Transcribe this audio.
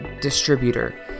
distributor